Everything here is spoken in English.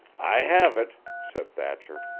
i have it, said thatcher.